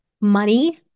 money